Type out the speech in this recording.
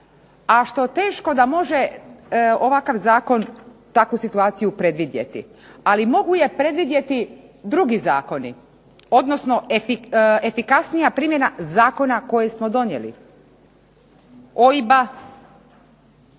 a što teško da može ovakav zakon takvu situaciju predvidjeti, ali mogu je predvidjeti drugi zakoni, odnosno efikasnija primjena zakona koje smo donijeli OIB-a,